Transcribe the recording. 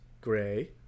Gray